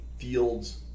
Fields